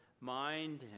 mind